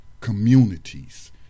communities